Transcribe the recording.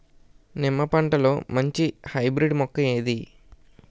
నిమ్మ పంటలో మంచి హైబ్రిడ్ మొక్క ఏది?